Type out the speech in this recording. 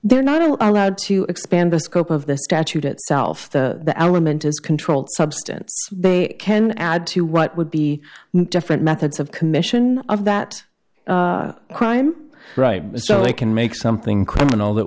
they're not allowed to expand the scope of the statute itself the element is controlled substance they can add to what would be different methods of commission of that crime right so they can make something criminal that